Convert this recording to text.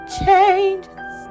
changes